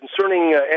concerning